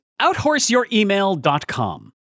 outhorseyouremail.com